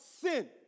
sin